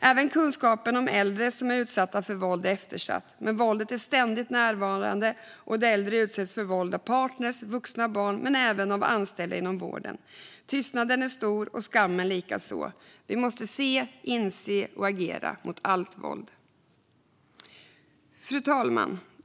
Även kunskapen om äldre som är utsatta för våld är eftersatt. Men våldet är ständigt närvarande. De äldre utsätts för våld av partner, vuxna barn men även anställda inom vården. Tystnaden är stor och skammen likaså. Vi måste se, inse och agera mot allt våld.